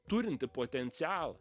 turintį potencialą